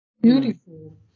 Beautiful